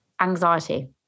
anxiety